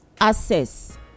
access